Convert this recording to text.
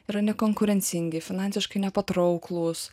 yra nekonkurencingi finansiškai nepatrauklūs